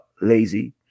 lazy